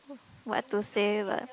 what to say but